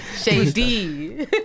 Shady